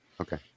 Okay